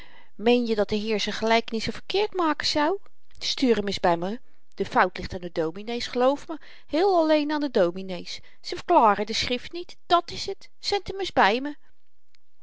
meenje dat de heer z'n gelykenissen verkeerd maken zou stuur m ns by me de fout ligt aan de dominees geloof me heel alleen aan de dominees ze verklaren de schrift niet dàt is het zend m ns by me